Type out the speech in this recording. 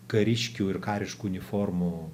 kariškių ir kariškų uniformų